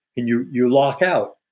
and you you lock out.